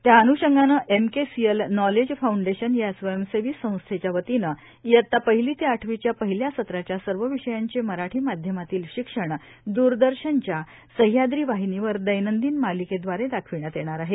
त्या अन्षंगाने MKCL knowledge foundation या स्वयंसेवी संस्थेनं इयता पहिली ते आठवीच्या पहिल्या सत्राच्या सर्व विषयांचे मराठी माध्यमातील शिक्षण द्रदर्शनच्या सहयाद्री वाहिनीवर दैनंदिन मालिकेदवारे दाखवण्यात येणार आहे